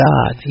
God